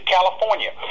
California